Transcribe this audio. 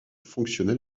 fonctionnels